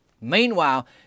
Meanwhile